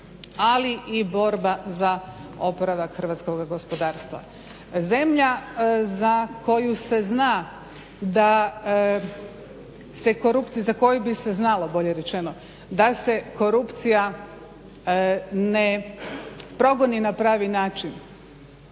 ali i borba za oporavak hrvatskoga gospodarstva. Zemlja za koju bi se znalo da se korupcija ne progoni na pravi način,